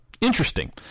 interesting